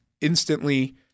instantly